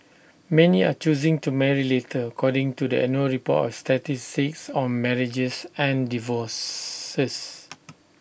many are choosing to marry later according to the annual report on statistics on marriages and divorces